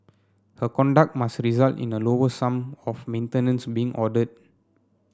her conduct must result in a lower sum of maintenance being ordered